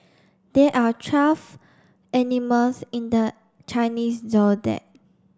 there are twelve animals in the Chinese Zodiac